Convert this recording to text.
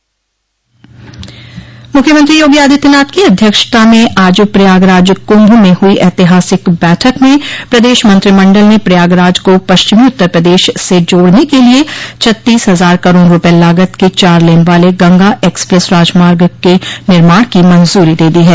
मूख्यमंत्री योगी आदित्यनाथ की अध्यक्षता में आज प्रयागराज कुंभ में हुई ऐतिहासिक बैठक में प्रदेश मंत्रिमंडल ने प्रयागराज को पश्चिमी उत्तर प्रदेश से जोड़ने के लिये छत्तीस हजार करोड़ रुपये लागत के चार लेन वाले गंगा एक्सप्रेस राजमार्ग के निर्माण की मंजूरी दे दी है